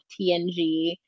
TNG